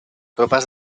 tropas